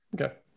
Okay